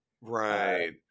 right